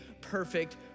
perfect